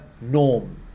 norm